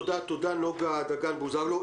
תודה נוגה דגן בוזגלו.